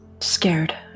scared